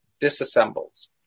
disassembles